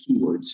keywords